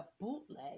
bootleg